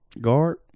Guard